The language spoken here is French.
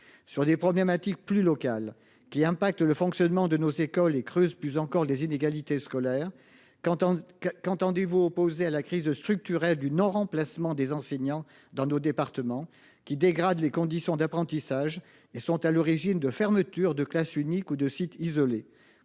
Sur des problématiques plus local qui impacte le fonctionnement de nos écoles et creuse plus encore les inégalités scolaires quand tant qu'entendez-vous opposé à la crise de structurelle du non-remplacement des enseignants dans nos départements qui dégrade les conditions d'apprentissage et sont à l'origine de fermeture de classe unique ou de sites isolés.